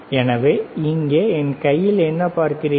எனவே இங்கே என் கையில் என்ன பார்க்கிறீர்கள்